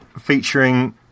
featuring